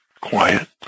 quiet